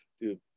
Dude